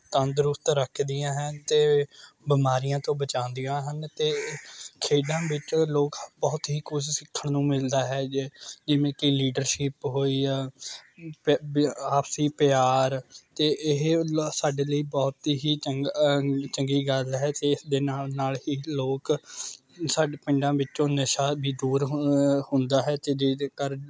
ਤੰਦਰੁਸਤ ਰੱਖਦੀਆਂ ਹਨ ਅਤੇ ਬਿਮਾਰੀਆਂ ਤੋਂ ਬਚਾਉਂਦੀਆਂ ਹਨ ਅਤੇ ਖੇਡਾਂ ਵਿੱਚ ਲੋਕ ਬਹੁਤ ਹੀ ਕੁਛ ਸਿੱਖਣ ਨੂੰ ਮਿਲਦਾ ਹੈ ਜ ਜਿਵੇਂ ਕਿ ਲੀਡਰਸ਼ਿਪ ਹੋਈ ਆ ਆਪਸੀ ਪਿਆਰ ਅਤੇ ਇਹ ਲ ਸਾਡੇ ਲਈ ਬਹੁਤ ਹੀ ਚੰਗਾ ਚੰਗੀ ਗੱਲ ਹੈ ਸਿਹਤ ਦੇ ਨਾਲ਼ ਨਾਲ਼ ਹੀ ਲੋਕ ਸਾਡੇ ਪਿੰਡਾਂ ਵਿੱਚੋਂ ਨਸ਼ਾ ਵੀ ਦੂਰ ਹੁੰਦਾ ਹੈ ਅਤੇ ਜਿਹਦੇ ਕਾਰਨ